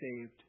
saved